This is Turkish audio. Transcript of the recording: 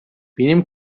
benim